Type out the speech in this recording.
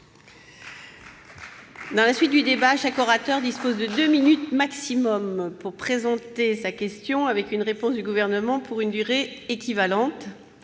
Je rappelle que chaque orateur dispose de deux minutes maximum pour présenter sa question, suivie d'une réponse du Gouvernement pour une durée équivalente.